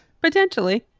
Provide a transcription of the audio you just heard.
Potentially